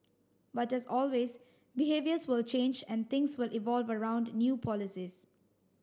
but as always behaviours will change and things will evolve around new policies